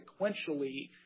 sequentially